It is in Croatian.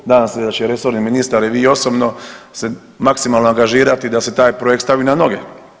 Nadam se da će resorni ministar i vi osobno se maksimalno angažirati da se taj projekt stavi na noge.